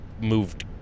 moved